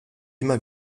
immer